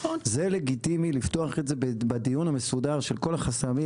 זה לגיטימי לפתוח את זה בדיון המסודר של כל החסמים.